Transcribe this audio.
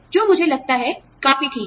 जो मुझे लगता है काफी ठीक है